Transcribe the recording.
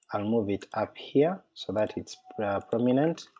i'll move it up here so that it's prominent,